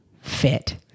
fit